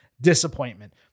disappointment